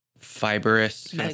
fibrous